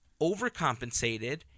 overcompensated